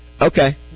Okay